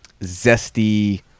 zesty